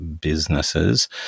businesses